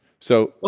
so